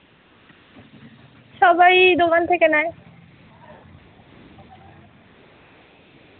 সবাই দোকান থেকে নেয়